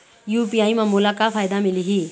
UPI म मोला का फायदा मिलही?